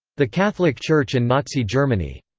the catholic church and nazi germany.